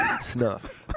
snuff